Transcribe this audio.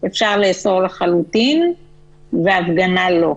אפשר לאסור לחלוטין והפגנה לא?